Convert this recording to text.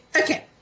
okay